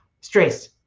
stress